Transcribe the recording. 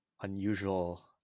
unusual